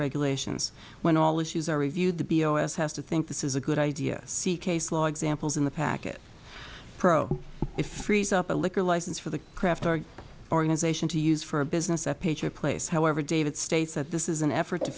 regulations when all issues are reviewed the b o s has to think this is a good idea see case law examples in the packet pro it frees up a liquor license for the craft or organization to use for a business a page or place however david states that this is an effort to